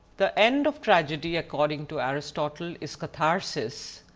the end of tragedy, according to aristotle, is karthasis,